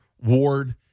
Ward